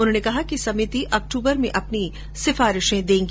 उन्होंने कहा कि समिति अक्तूबर में अपनी सिफारिशें देगी